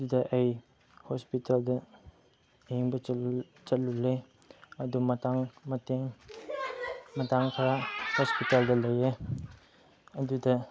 ꯑꯗꯨꯗ ꯑꯩ ꯍꯣꯁꯄꯤꯇꯥꯜꯗ ꯌꯦꯡꯕ ꯆꯠꯂꯦ ꯑꯗꯨ ꯃꯇꯥꯡ ꯃꯇꯦꯡ ꯃꯇꯝ ꯈꯔ ꯍꯣꯁꯄꯤꯇꯥꯜꯗ ꯂꯩꯌꯦ ꯑꯗꯨꯗ